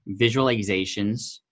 visualizations